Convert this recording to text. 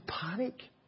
panic